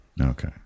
okay